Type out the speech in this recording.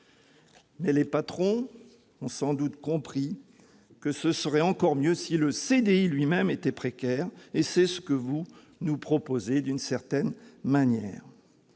doute les patrons ont-ils compris que ce serait encore mieux si le CDI lui-même était précaire ! Et c'est ce que vous nous proposez, d'une certaine manière